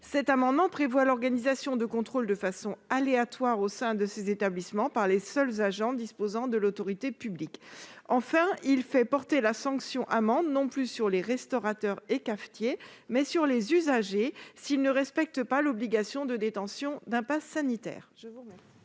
Cet amendement tend à prévoir l'organisation de contrôles de façon aléatoire au sein de ces établissements par les seuls agents disposant de l'autorité publique. Enfin, il vise à faire porter le risque de sanction et d'amende non plus sur les restaurateurs et cafetiers, mais sur les usagers, si ceux-ci ne respectent pas l'obligation de détention d'un passe sanitaire.